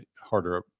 harder